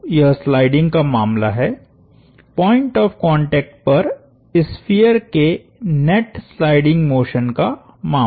तो यह स्लाइडिंग का मामला है पॉइंट ऑफ़ कांटेक्ट पर स्फीयर के नेट स्लाइडिंग मोशन का मामला है